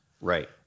right